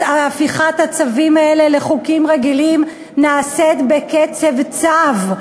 הפיכת הצווים האלה לחוקים רגילים נעשית בקצב צב.